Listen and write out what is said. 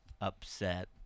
upset